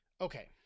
okay